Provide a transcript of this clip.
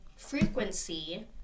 frequency